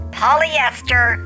polyester